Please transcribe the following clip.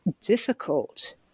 difficult